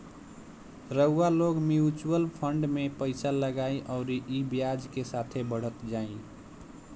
रउआ लोग mutual fund मे पइसा लगाई अउरी ई ब्याज के साथे बढ़त जाई